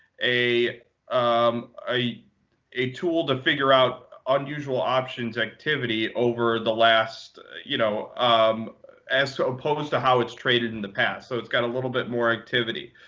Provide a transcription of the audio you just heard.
a um a tool to figure out unusual options activity over the last you know um as so opposed to how it's traded in the past. so it's got a little bit more activity.